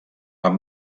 van